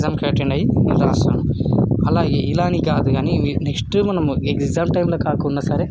ఎగ్జామ్కి అటెండ్ అయ్యి నేను రాస్తాను అలా అని కాదు కానీ నెక్స్ట్ మనము రిజల్ట్ టైంల కాకున్నా సరే